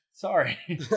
Sorry